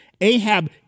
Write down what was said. Ahab